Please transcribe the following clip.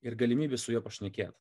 ir galimybių su juo pašnekėt